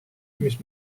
mis